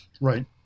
Right